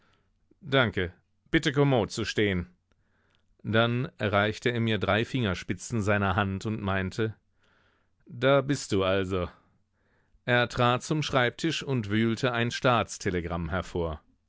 danke bitte kommod zu stehen dann reichte er mir drei fingerspitzen seiner hand und meinte da bist du also er trat zum schreibtisch und wühlte ein staatstelegramm hervor